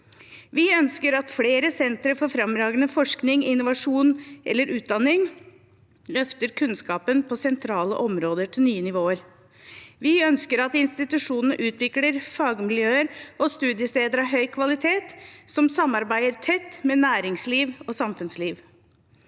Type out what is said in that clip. Vi ønsker at flere sentre for fremragende forskning, innovasjon og utdanning løfter kunnskapen på sentrale områder til nye nivåer. – Vi ønsker at institusjonene utvikler fagmiljøer og studiesteder av høy kvalitet som samarbeider tett med næringsliv og samfunnsliv.